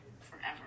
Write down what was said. forever